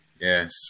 Yes